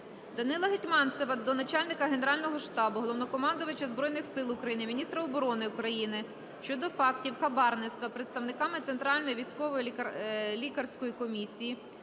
Данила Гетманцева до Начальника Генерального штабу - Головнокомандувача Збройних Сил України, міністра оборони України щодо фактів хабарництва представниками Центральної військово-лікарської комісії,